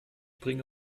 bringe